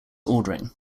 ordering